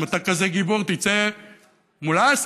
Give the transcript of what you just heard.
אם אתה כזה גיבור, תצא מול אסד,